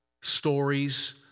stories